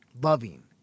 loving